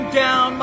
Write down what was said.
down